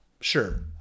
sure